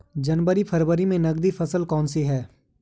जनवरी फरवरी में नकदी फसल कौनसी है?